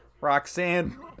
Roxanne